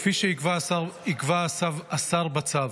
כפי שיקבע השר בצו,